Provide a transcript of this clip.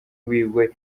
wiwe